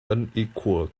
unequal